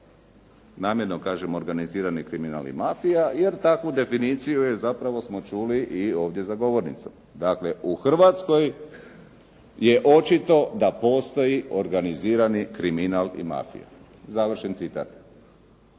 Namjerno kažem organizirani kriminal i mafija, jer takvu definiciju jer zapravo smo čuli i ovdje za govornicom. Dakle, u Hrvatskoj je očito da postoji organizirani kriminal i mafija, završen citat.